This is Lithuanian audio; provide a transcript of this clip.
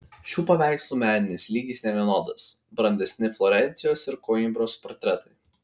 šių paveikslų meninis lygis nevienodas brandesni florencijos ir koimbros portretai